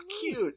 cute